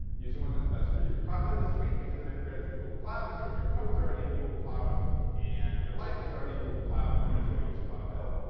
use the one that's best for you. cloud build is sweet because it integrates with google cloud, so if your code's already in google cloud and your life is already in google cloud, you might as well use cloud build.